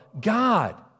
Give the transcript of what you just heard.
God